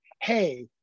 Hey